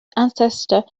ancestor